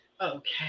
okay